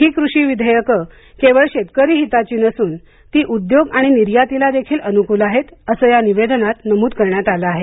ही कृषी विधेयक केवळ शेतकरी हिताची नसून ती उद्योग आणि निर्यातीला देखील अनुकूल आहे असं या निवेदनात नमूद करण्यात आलं आहे